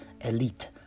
elite